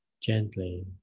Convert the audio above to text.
gently